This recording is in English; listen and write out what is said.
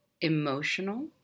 emotional